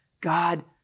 God